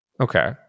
Okay